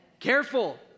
careful